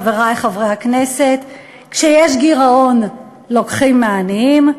חברי חברי הכנסת: כשיש גירעון לוקחים מהעניים,